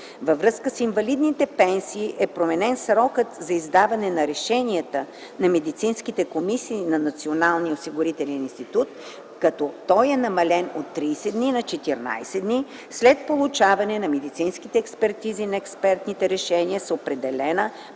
Във връзка с инвалидните пенсии е променен срокът за издаване на решенията на медицинските комисии на Националния осигурителен институт, като той е намален от 30 дни на 14 дни след получаване на медицинските експертизи на експертните решения с определена